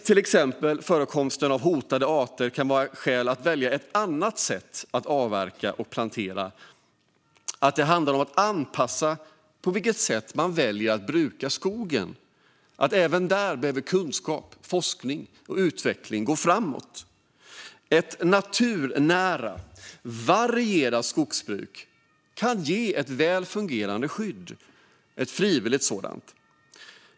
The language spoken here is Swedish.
Till exempel kan förekomsten av hotade arter vara ett skäl att välja ett annat sätt att avverka och plantera. Det handlar om att anpassa på vilket sätt man väljer att bruka skogen. Även där behöver kunskap, forskning och utveckling gå framåt. Ett naturnära och varierat skogsbruk kan ge ett väl fungerande skydd, ett frivilligt sådant.